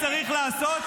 אתם איבדתם את זה,